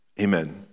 Amen